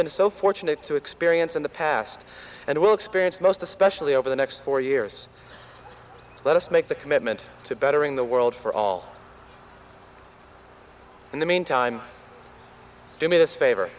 been so fortunate to experience in the past and will experience most especially over the next four years let us make the commitment to bettering the world for all in the mean time to me this favor